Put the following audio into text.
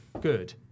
good